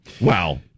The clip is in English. Wow